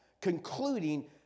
concluding